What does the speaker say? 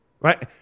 Right